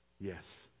Yes